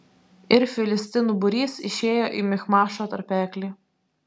ir filistinų būrys išėjo į michmašo tarpeklį